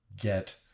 get